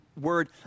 word